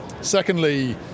Secondly